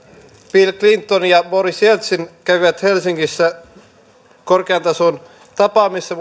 bill clinton ja boris jeltsin kävivät helsingissä korkean tason tapaamisessa